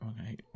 okay